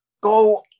go